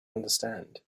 understand